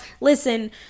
Listen